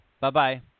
Bye-bye